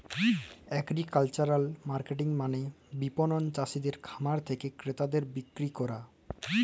agricultural marketing মালে বিপণল চাসিদের খামার থেক্যে ক্রেতাদের বিক্রি ক্যরা